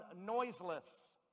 noiseless